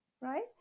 right